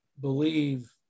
believe